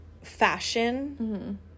fashion